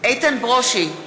איתן ברושי,